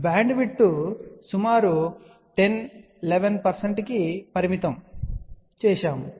bandwidth సుమారు 10 11 శాతానికి పరిమితం అని మళ్ళీ ఇక్కడ చూశాము